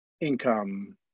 income